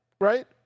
right